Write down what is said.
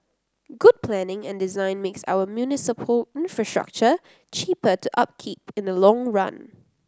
good planning and design makes our municipal infrastructure cheaper to upkeep in the long run